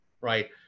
right